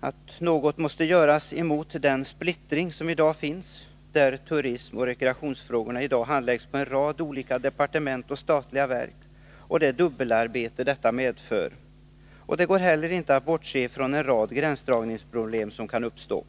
att något måste göras åt den splittring som i dag finns. Frågorna om turism och rekreation handläggs f. n. inom en rad olika departement och statliga verk, och detta medför ett omfattande dubbelarbete. Det går heller inte att bortse ifrån att en rad gränsdragningsproblem kan uppstå.